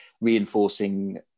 reinforcing